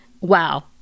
Wow